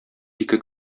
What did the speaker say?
ике